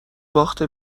باخت